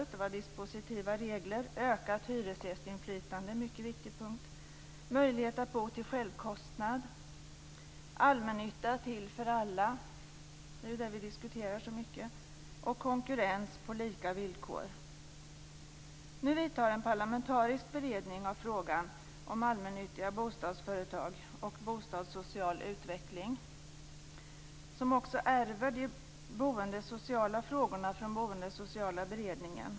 Det var dispositiva regler, ökat hyresgästinflytande - en mycket viktig punkt - möjlighet att bo till självkostnad, allmännytta till för alla - det som vi diskuterar så mycket - och konkurrens på lika villkor. Nu vidtar en parlamentarisk beredning av frågan om allmännyttiga bostadsföretag och bostadssocial utveckling. Beredningen "ärver" också de boendesociala frågorna från Boendesociala beredningen.